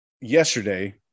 yesterday